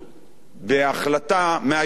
בהחלטה מהיום למחר.